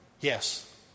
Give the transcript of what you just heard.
yes